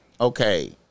Okay